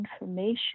information